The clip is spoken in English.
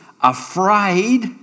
Afraid